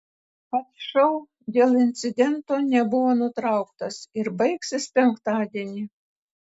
pats šou dėl incidento nebuvo nutrauktas ir baigsis penktadienį